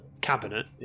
Cabinet